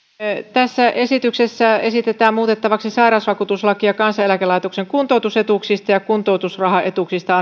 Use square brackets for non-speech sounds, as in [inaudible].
tässä esityksessä esitetään muutettavaksi sairausvakuutuslakia kansaneläkelaitoksen kuntoutusetuuksista ja kuntoutusrahaetuuksista [unintelligible]